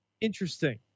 Interesting